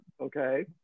okay